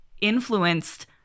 influenced